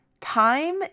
time